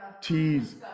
teas